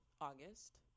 August